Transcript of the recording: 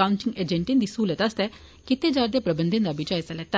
counting एजेंटे दी स्हूलतें आस्तै कीते जा रदे प्रबंधे दा बी जायजा लैता